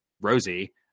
Rosie